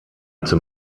zum